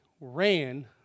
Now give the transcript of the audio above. ran